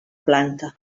planta